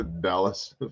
Dallas